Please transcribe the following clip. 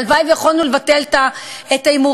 והלוואי שיכולנו לבטל את ההימורים,